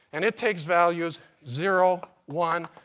and it takes values zero, one,